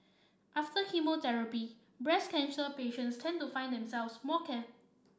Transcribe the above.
after chemotherapy breast cancer patients tend to find themselves more